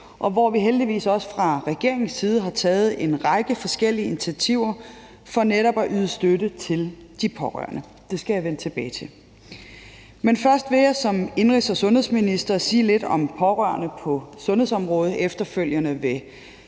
og hvor vi jo også fra regeringens side har taget en række forskellige initiativer for netop at yde støtte til de pårørende. Det skal jeg vende tilbage til. Men først vil jeg som indenrigs- og sundhedsminister sige lidt om pårørende på sundhedsområdet, og efterfølgende vil